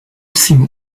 simon